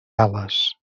ales